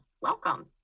Welcome